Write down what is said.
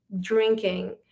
drinking